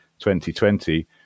2020